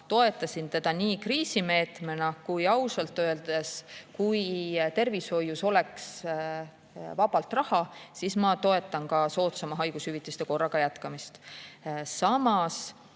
toetasin seda kriisimeetmena ja ausalt öeldes, kui tervishoius oleks vabalt raha, siis ma toetaksin ka soodsama haigushüvitiste korraga jätkamist. Samas